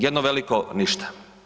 Jedno veliko ništa.